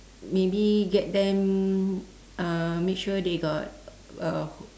maybe get them uh make sure they got a